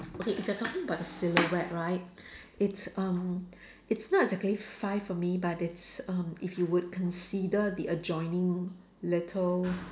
okay if you are talking about the silhouette right it's um it's not exactly five for me but it's um if you would consider the adjoining little